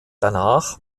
danach